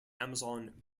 amazon